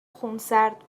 خونسرد